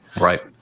Right